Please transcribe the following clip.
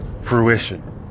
fruition